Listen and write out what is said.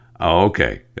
Okay